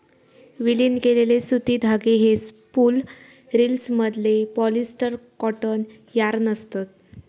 विलीन केलेले सुती धागे हे स्पूल रिल्समधले पॉलिस्टर कॉटन यार्न असत